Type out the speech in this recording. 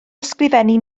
ysgrifennu